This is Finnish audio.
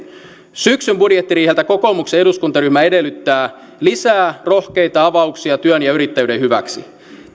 syksyn budjettiriiheltä kokoomuksen eduskuntaryhmä edellyttää lisää rohkeita avauksia työn ja yrittäjyyden hyväksi